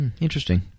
Interesting